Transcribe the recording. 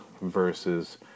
versus